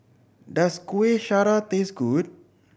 does Kuih Syara taste good